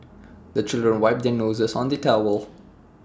the children wipe their noses on the towel